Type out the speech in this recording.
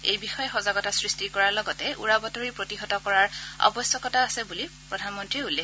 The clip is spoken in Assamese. এই বিষয়ে সজাগতা সৃষ্টি কৰাৰ লগতে উৰা বাতৰি প্ৰতিহত কৰাৰ আৱশ্যকতা আছে বুলি প্ৰধানমন্ত্ৰীয়ে কয়